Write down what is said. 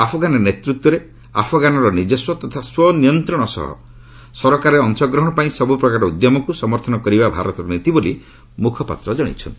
Afghan ନେତୃତ୍ୱରେ ଆଫଗାନ୍ର ନିଜସ୍ୱ ତଥା ସ୍ୱ ନିୟନ୍ତ୍ରଣ ସହ ସରକାରରେ ଅଂଶଗ୍ରହଣ ପାଇଁ ସବୁପ୍ରକାର ଉଦ୍ୟମକୁ ସମର୍ଥନ କରିବା ଭାରତର ନୀତି ବୋଲି ମୁଖପାତ୍ର କହିଛନ୍ତି